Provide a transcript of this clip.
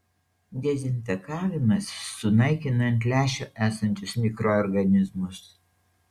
dezinfekavimas sunaikina ant lęšio esančius mikroorganizmus